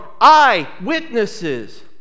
eyewitnesses